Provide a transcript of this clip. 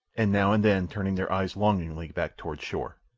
and now and then turning their eyes longingly back toward shore.